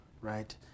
right